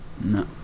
No